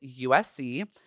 USC